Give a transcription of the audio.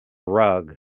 rug